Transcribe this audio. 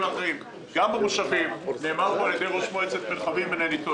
אחר בגלל שהוא מייצג מפלגה ואני לא?